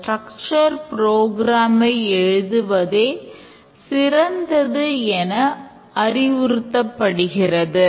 structure program ஐ எழுதுவதே சிறந்தது என அறிவுறுத்தப்படுகிறது